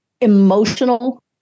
emotional